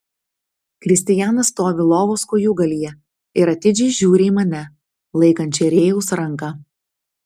kristijanas stovi lovos kojūgalyje ir atidžiai žiūri į mane laikančią rėjaus ranką